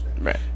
right